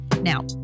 Now